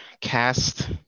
cast